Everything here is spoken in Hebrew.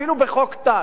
אפילו בחוק טל.